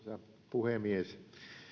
puhemies